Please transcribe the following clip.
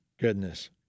goodness